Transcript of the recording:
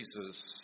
Jesus